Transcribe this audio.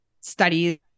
studies